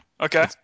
Okay